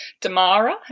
damara